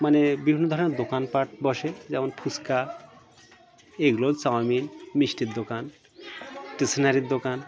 মানে বিভিন্ন ধরনের দোকানপাট বসে যেমন ফুচকা এগরোল চাউমিন মিষ্টির দোকান স্টেশনারি দোকান